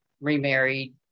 remarried